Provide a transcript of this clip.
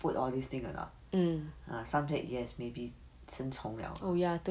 food all these thing or not ah some say yes maybe 生虫 liao